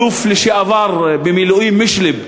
האלוף במילואים מישלב,